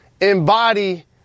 embody